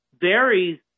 varies